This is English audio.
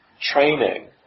training